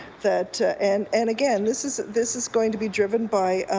that and and again, this is this is going to be driven by